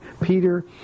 Peter